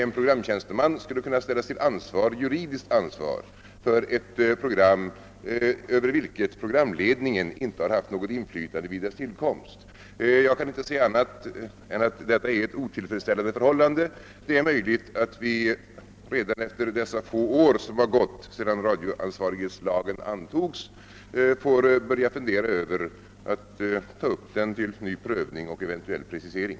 En programtjänsteman skulle alltså kunna ställas till juridiskt ansvar för ett program över vilket programledningen inte har haft något inflytande vid dess tillkomst. Jag kan inte se annat än att detta är ett otillfredsställande förhållande. Det är möjligt att vi redan efter dessa få år som har gått sedan radioansvarighetslagen antogs får börja fundera över att ta upp den till ny prövning och eventuell precisering.